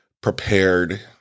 prepared